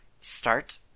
Start